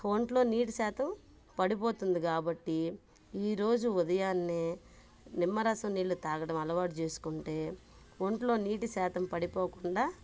ఒంట్లో నీటి శాతం పడిపోతుంది కాబట్టి ఈరోజు ఉదయాన్నే నిమ్మరసం నీళ్లు తాగడం అలవాటు చేసుకుంటే ఒంట్లో నీటి శాతం పడిపోకుండా